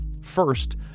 first